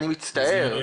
אני מצטער.